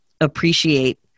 appreciate